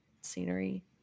scenery